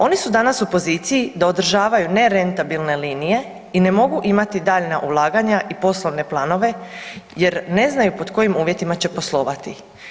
Oni su danas u poziciji da održavaju nerentabilne linije i ne mogu imati daljnja ulaganja i poslovne planove jer ne znaju pod kojim uvjetima će poslovati.